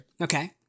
Okay